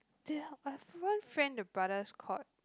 I have one friend the brother's called